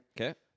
Okay